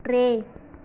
टे